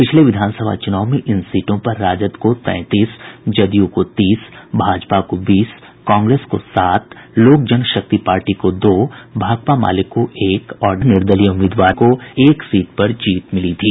पिछले विधानसभा चुनाव में इन सीटों पर राजद को तैंतीस जदयू को तीस भाजपा को बीस कांग्रेस को सात लोक जनशक्ति पार्टी को दो भाकपा माले को एक और निर्दलीय को एक सीट पर जीत मिली थी